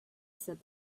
said